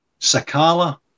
Sakala